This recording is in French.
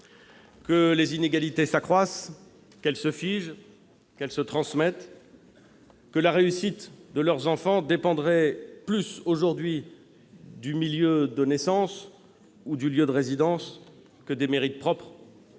que les inégalités s'accroissent, se figent et se transmettent, que la réussite de leurs enfants dépend plus du milieu de naissance ou du lieu de résidence que des mérites propres